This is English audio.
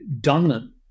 dominant